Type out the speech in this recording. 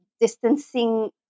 distancing